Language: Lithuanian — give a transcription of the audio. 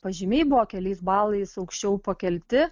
pažymiai buvo keliais balais aukščiau pakelti